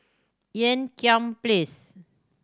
Ean Kiam Place